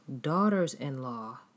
daughters-in-law